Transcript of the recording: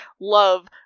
love